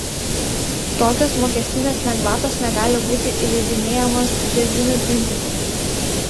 tokios mokestinės lengvatos negali būti įvedinėjamos džiaziniu principu